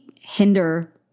hinder